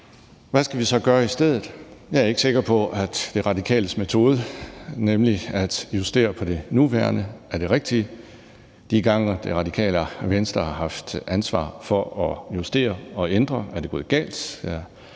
Hvad skal vi så gøre i stedet? Jeg er ikke sikker på, at De Radikales metode, nemlig at justere på det nuværende, er det rigtige. De gange Radikale Venstre har haft ansvar for at justere og ændre, er det gået galt.